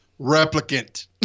Replicant